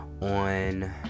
on